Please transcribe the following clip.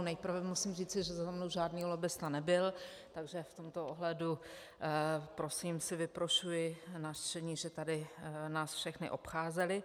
Nejprve musím říci, že za mnou žádný lobbista nebyl, takže v tomto ohledu prosím si vyprošuji nařčení, že tady nás všechny obcházeli.